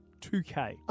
2K